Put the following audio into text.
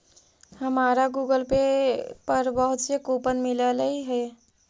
हमारा Google Pay पर बहुत से कूपन मिललई हे